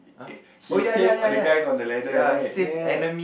eh he save all the guys on the ladder right ya